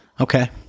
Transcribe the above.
Okay